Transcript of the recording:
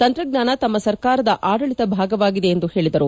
ತಂತ್ರಜ್ಞಾನ ತಮ್ಮ ಸರ್ಕಾರದ ಆದಳಿತ ಭಾಗವಾಗಿದೆ ಎಂದು ಹೇಳಿದರು